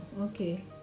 okay